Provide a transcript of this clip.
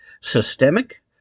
systemic